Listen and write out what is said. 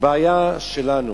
הבעיה שלנו,